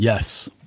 Yes